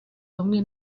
bamwe